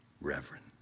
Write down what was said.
Reverend